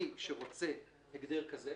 מי שרוצה הגדר כזה,